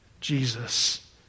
Jesus